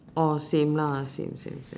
orh same lah same same same